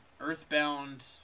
Earthbound